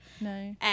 No